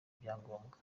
ibyangombwa